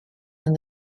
and